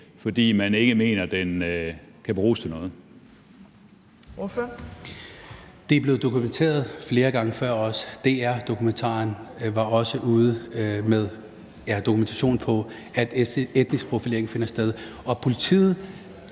22:31 Sikandar Siddique (UFG): Det er blevet dokumenteret flere gange før. DR-dokumentaren var også ude med dokumentation for, at etnisk profilering finder sted, og politiet